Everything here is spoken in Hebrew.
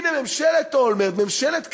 הנה, ממשלת אולמרט, ממשלת קדימה,